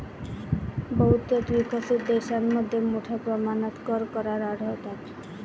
बहुतेक विकसित देशांमध्ये मोठ्या प्रमाणात कर करार आढळतात